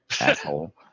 Asshole